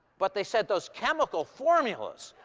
but they said, those chemical formulas!